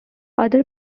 other